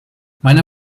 meine